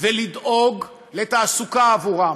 ולדאוג לתעסוקה עבורם,